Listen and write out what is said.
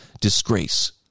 disgrace